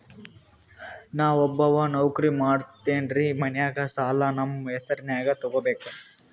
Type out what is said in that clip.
ನಾ ಒಬ್ಬವ ನೌಕ್ರಿ ಮಾಡತೆನ್ರಿ ಮನ್ಯಗ ಸಾಲಾ ನಮ್ ಹೆಸ್ರನ್ಯಾಗ ತೊಗೊಬೇಕ?